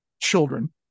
children